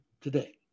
today